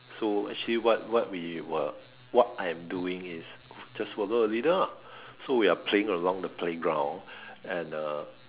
so actually what what we were what I am doing is just follow the leader lah so we are playing along the playground and uh